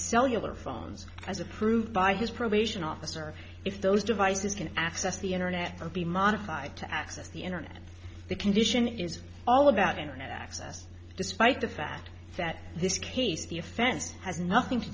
cellular phones as approved by his probation officer if those devices can access the internet or be modified to access the internet the condition is all about internet access despite the fact that this case the offense has nothing to